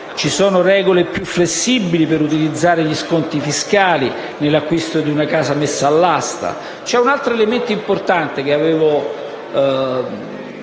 previste regole più flessibili per utilizzare gli sconti fiscali nell'acquisto di una casa messa all'asta. Un altro elemento importante, che avevo